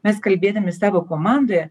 mes kalbėdami savo komandoje